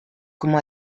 como